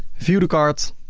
view the cart